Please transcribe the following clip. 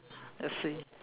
I see